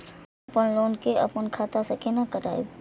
हम अपन लोन के अपन खाता से केना कटायब?